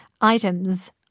items